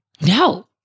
No